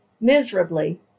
miserably